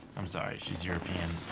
i'm sorry. she's european.